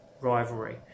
rivalry